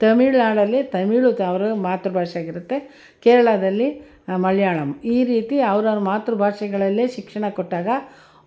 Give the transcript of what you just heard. ತಮಿಳ್ನಾಡಲ್ಲಿ ತಮಿಳು ಅವರ ಮಾತೃ ಭಾಷೆಯಾಗಿರತ್ತೆ ಕೇರಳದಲ್ಲಿ ಮಲಯಾಳಮ್ ಈ ರೀತಿ ಅವ್ರವ್ರ ಮಾತೃ ಭಾಷೆಗಳಲ್ಲೆ ಶಿಕ್ಷಣ ಕೊಟ್ಟಾಗ ಮಕ್ಕಳು